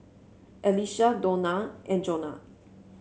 Alycia Dona and Jonah